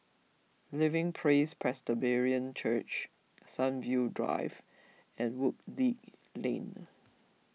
Living Praise Presbyterian Church Sunview Drive and Woodleigh Link